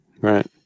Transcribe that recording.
right